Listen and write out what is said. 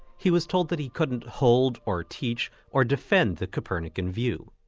he was told that he couldn't hold or teach or defend the copernican view.